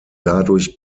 dadurch